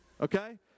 Okay